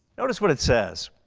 notice what it says.